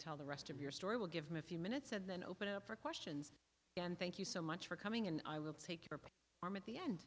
tell the rest of your story will give me a few minutes and then open it up for questions and thank you so much for coming and i will take your arm at the end